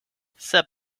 sep